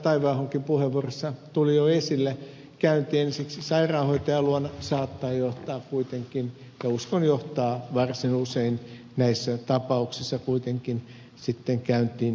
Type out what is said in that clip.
taiveahonkin puheenvuorossa tuli jo esille käynti ensiksi sairaanhoitajan luona saattaa johtaa kuitenkin ja uskon johtaa varsin usein näissä tapauksissa kuitenkin sitten käyntiin lääkärin luona